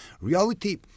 Reality